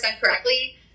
correctly